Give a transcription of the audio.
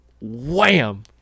Wham